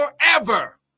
forever